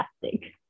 fantastic